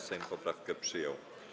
Sejm poprawkę przyjął.